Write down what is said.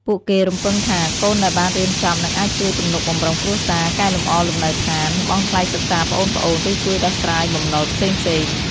ពួកគេរំពឹងថា កូនដែលបានរៀនចប់នឹងអាចជួយទំនុកបម្រុងគ្រួសារ កែលម្អលំនៅឋាន បង់ថ្លៃសិក្សាប្អូនៗ ឬជួយដោះស្រាយបំណុលផ្សេងៗ។